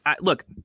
look